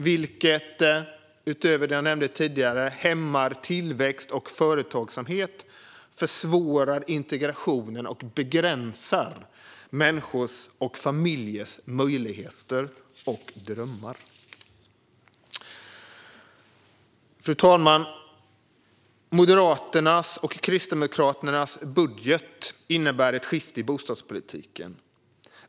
Utöver det jag nämnde tidigare hämmar det tillväxt och företagsamhet, försvårar integrationen och begränsar människors och familjers möjligheter och drömmar. Fru talman! Moderaternas och Kristdemokraternas budget innebär ett skifte i bostadspolitiken.